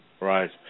right